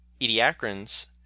Ediacarans